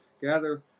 gather